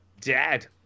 Dead